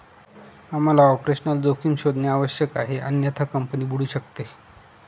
आम्हाला ऑपरेशनल जोखीम शोधणे आवश्यक आहे अन्यथा कंपनी बुडू शकते